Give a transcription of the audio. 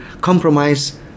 compromise